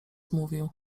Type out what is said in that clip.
mówił